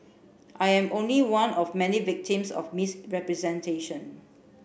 I am only one of many victims of misrepresentation